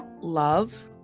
love